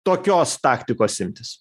tokios taktikos imtis